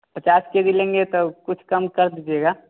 पचास K G लेंगे कुछ कम कर दीजिएगा